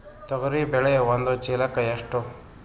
ತೊಗರಿ ಬೇಳೆ ಒಂದು ಚೀಲಕ ಎಷ್ಟು?